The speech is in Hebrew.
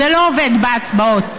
זה לא עובד בהצבעות.